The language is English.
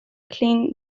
clean